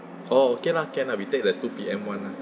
oh can lah can lah we take the two P_M [one] lah